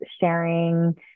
sharing